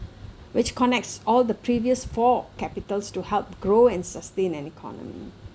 which connects all the previous four capitals to help grow and sustain an economy